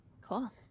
cool